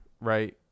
right